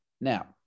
Now